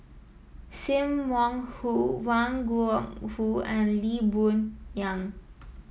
Sim Wong Hoo Wang Gungwu and Lee Boon Yang